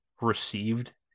received